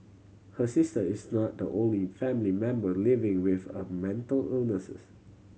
her sister is not the only family member living with a mental illnesses